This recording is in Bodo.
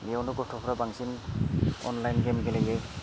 बेयावनो गथ'फ्रा बांसिन अनलाइन गेम गेलेयो